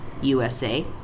USA